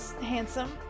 handsome